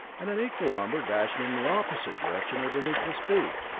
and an equal number dashing in the opposite direction at an equal speed.